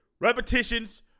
repetitions